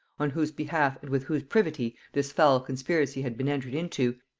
on whose behalf and with whose privity this foul conspiracy had been entered into,